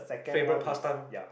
favourite past time